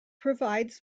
provides